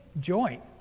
joint